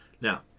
Now